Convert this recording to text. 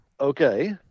okay